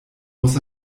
muss